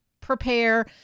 prepare